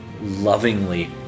lovingly